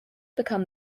become